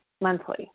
monthly